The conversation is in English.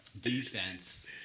Defense